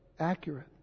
accurate